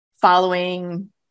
following